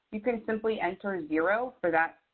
you can simply enter zero for that,